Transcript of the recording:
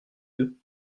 eux